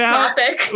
topic